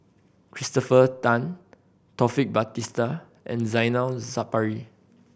Christopher Tan Taufik Batisah and Zainal Sapari